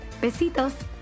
Besitos